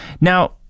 now